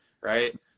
right